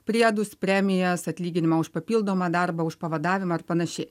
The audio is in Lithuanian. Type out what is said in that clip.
priedus premijas atlyginimą už papildomą darbą už pavadavimą ar panašiai